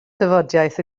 tafodiaith